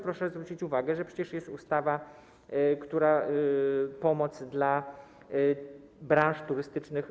Proszę zwrócić uwagę, że przecież jest ustawa, która przewiduje pomoc dla branż turystycznych.